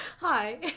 Hi